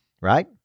Right